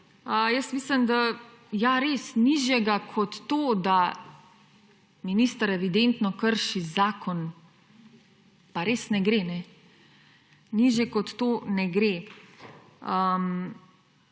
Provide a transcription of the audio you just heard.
Jaz mislim da, ja, res, nižje kot to, da minister evidentno krši zakon, pa res ne gre. Nižje kot to, ne gre.